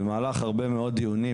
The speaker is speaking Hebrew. במהלך הרבה מאוד דיונים,